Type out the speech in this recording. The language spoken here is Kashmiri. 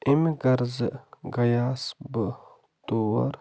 اَمہِ غرضہٕ گٔیوس بہٕ تور